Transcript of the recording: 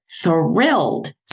thrilled